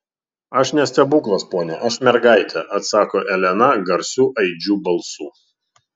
aš ne stebuklas pone aš mergaitė atsako elena garsiu aidžiu balsu